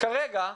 כרגע,